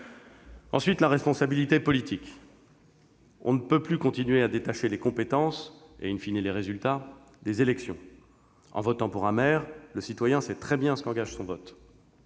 Ensuite, la responsabilité politique : on ne peut plus continuer à détacher les compétences, et les résultats, des élections. En votant pour un maire, le citoyen sait très bien ce qu'engage son vote,